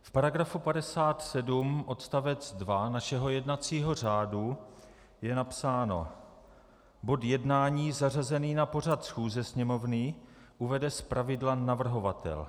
V § 57 odst. 2 našeho jednacího řádu je napsáno: Bod jednání zařazený na pořad schůze Sněmovny uvede zpravidla navrhovatel.